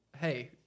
Hey